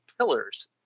pillars